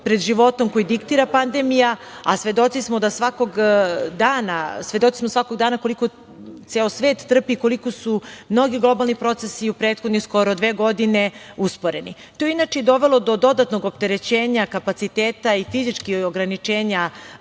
pred životom koji diktira pandemija, a svedoci smo svakog dana koliko ceo svet trpi i koliko su mnogi globalni procesi u prethodne skoro dve godine usporeni. To je inače i dovelo do dodatnog opterećenja kapaciteta i fizičkog ograničenja